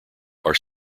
are